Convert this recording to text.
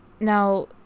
Now